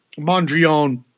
Mondrian